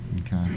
Okay